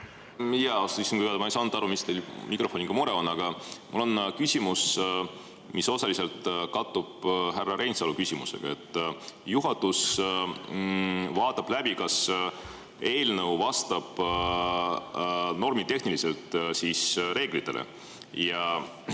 Ma ei saanud aru, mis mure teil mikrofoniga on. Aga mul on küsimus, mis osaliselt kattub härra Reinsalu küsimusega. Juhatus vaatab, kas eelnõu vastab normitehnilistele reeglitele.